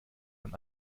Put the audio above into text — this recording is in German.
man